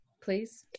please